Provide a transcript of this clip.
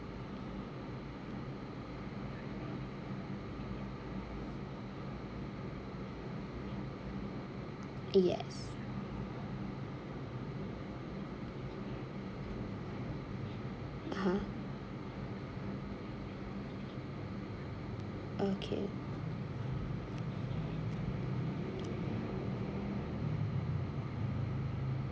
yes ah ah okay